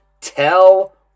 tell